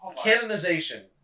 canonization